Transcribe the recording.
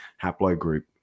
haplogroup